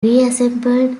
reassembled